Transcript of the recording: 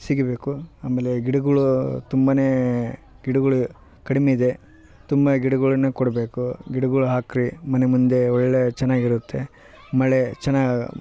ಸಿಗಬೇಕು ಆಮೇಲೆ ಗಿಡಗಳು ತುಂಬಾ ಗಿಡಗಳು ಕಡಿಮೆ ಇದೆ ತುಂಬ ಗಿಡಗಳನ್ನ ಕೊಡಬೇಕು ಗಿಡಗಳ್ ಹಾಕಿರಿ ಮನೆ ಮುಂದೆ ಒಳ್ಳೇ ಚೆನ್ನಾಗಿರುತ್ತೆ ಮಳೆ ಚೆನ್ನ